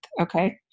Okay